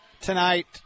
tonight